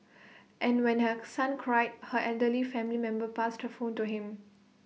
and when her son cried her elderly family member passed her phone to him